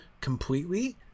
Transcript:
completely